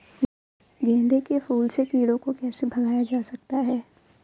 गेंदे के फूल से कीड़ों को कैसे भगाया जा सकता है?